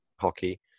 hockey